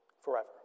forever